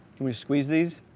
can we squeeze these?